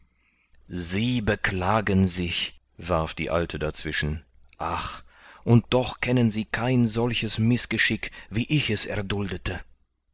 sie beklagen sich warf die alte dazwischen ach und doch kennen sie kein solches mißgeschick wie ich es erduldete